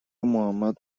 محمد